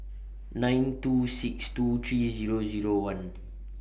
nine two six two three Zero Zero one